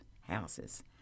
houses